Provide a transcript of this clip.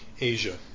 Asia